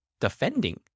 defending